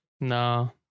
No